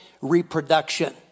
reproduction